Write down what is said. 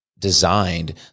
designed